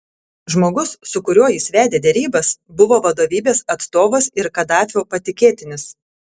žmogus su kuriuo jis vedė derybas buvo vadovybės atstovas ir kadafio patikėtinis